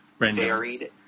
varied